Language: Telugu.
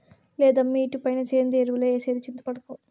లేదమ్మీ ఇటుపైన సేంద్రియ ఎరువులే ఏసేది చింతపడకు